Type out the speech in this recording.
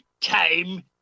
time